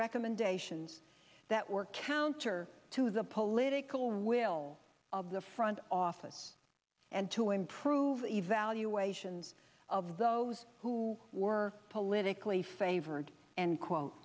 recommendations that were counter to the political will of the front office and to improve evaluations of those who were politically favored and quote